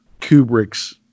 Kubrick's